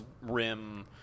rim